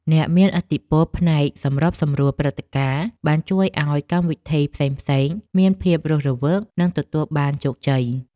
អ្នកមានឥទ្ធិពលផ្នែកសម្របសម្រួលព្រឹត្តិការណ៍បានជួយឱ្យកម្មវិធីផ្សេងៗមានភាពរស់រវើកនិងទទួលបានជោគជ័យ។